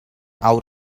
out